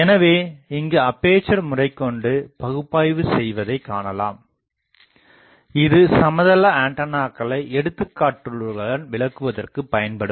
எனவே இங்கு அப்பேசர் முறை கொண்டு பகுப்பாய்வு செய்வதைக் காணலாம் இது சமதள ஆண்டனாக்களை எடுத்துக்காட்டுகளுடன் விளக்குவதற்குப் பயன்படும்